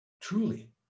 Truly